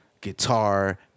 guitar